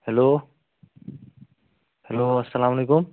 hello hello اَلسلام علیکُم